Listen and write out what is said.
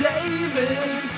David